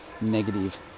negative